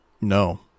no